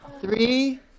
three